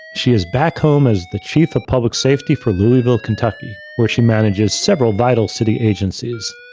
she is back home is the chief of public safety for louisville, kentucky, where she manages several vital city agencies,